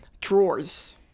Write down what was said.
Drawers